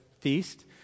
feast